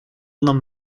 нам